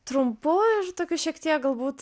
trumpu ir tokiu šiek tiek galbūt